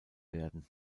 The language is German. werden